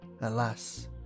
alas